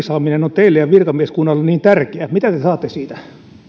saaminen läpi on teille ja virkamieskunnalle niin tärkeä mitä te saatte siitä